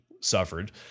suffered